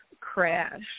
crash